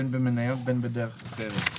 בין במניות ובין בדרך אחרת,